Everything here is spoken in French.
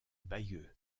bayeux